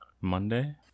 Monday